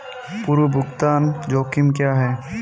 पूर्व भुगतान जोखिम क्या हैं?